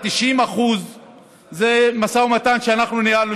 ה-90% זה משא ומתן שאנחנו ניהלנו,